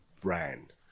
brand